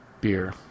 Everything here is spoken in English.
beer